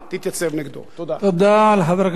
תודה לחבר הכנסת נחמן שי.